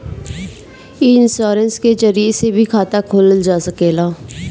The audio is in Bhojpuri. इ इन्शोरेंश के जरिया से भी खाता खोलल जा सकेला